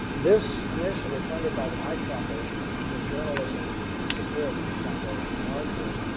this initiative funded by the knight foundation, which is a journalism support foundation, largely,